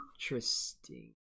interesting